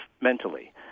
mentally